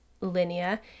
linear